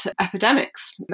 epidemics